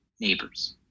neighbors